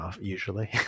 usually